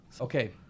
Okay